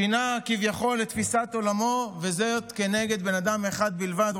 שינה כביכול את תפיסת עולמו וזאת כנגד בן אדם אחד בלבד,